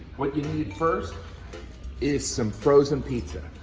what you need first is some frozen pizza.